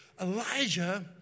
Elijah